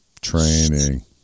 training